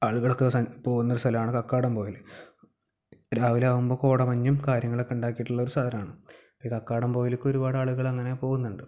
ആളുകളൊക്കെ സ പോകുന്ന സ്ഥലമാണ് കക്കാടംപുഴയില് രാവിലെയാകുമ്പോൾ കോടമഞ്ഞും കാര്യങ്ങളൊക്കെ ഉണ്ടാക്കിയിട്ടുള്ള ഒരു സ്ഥലമാണ് കക്കാടം പുഴയിലേക്ക് ഒരുപാടാളുകളങ്ങനെ പോകുന്നുണ്ട്